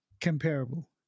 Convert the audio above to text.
Comparable